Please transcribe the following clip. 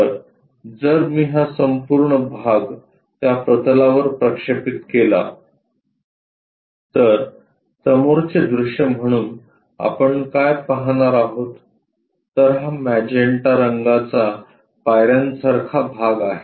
तर जर मी हा संपूर्ण भाग त्या प्रतलावर प्रक्षेपित केला तर समोरचे दृश्य म्हणून आपण काय पाहणार आहोत तर हा मॅजेन्टा रंगाचा पायऱ्यांसारखा भाग आहे